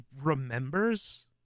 remembers